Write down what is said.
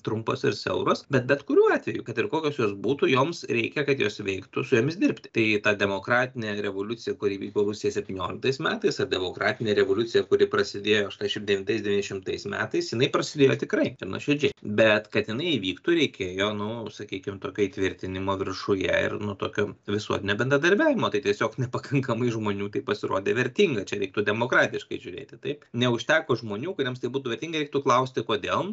trumpos ir siauros bet bet kuriuo atveju kad ir kokios jos būtų joms reikia kad jos veiktų su jomis dirbt tai ta demokratinė revoliucija kuri vyko rusijoj septynioliktais metais ar demokratinė revoliucija kuri prasidėjo aštuoniasdešim devintais devyni šimtais metais jinai prasidėjo tikrai nuoširdžiai bet kad jinai įvyktų reikėjo nu sakykim tokio įtvirtinimo viršuje ir nu tokio visuotinio bendradarbiavimo tai tiesiog nepakankamai žmonių tai pasirodė vertinga čia reiktų demokratiškai žiūrėti taip neužteko žmonių kuriems tai būtų vertinga reiktų klausti kodėl